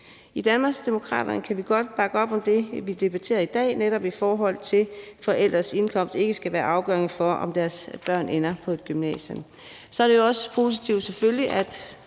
I Danmarksdemokraterne kan vi godt bakke op om det, som vi debatterer i dag, netop i forhold til at forældrenes indkomst ikke skal være afgørende for, om deres børn ender på et gymnasium. Så er det selvfølgelig